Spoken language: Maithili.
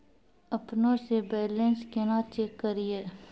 अपनों से बैलेंस केना चेक करियै?